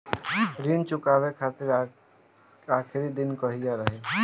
ऋण चुकव्ला के आखिरी दिन कहिया रही?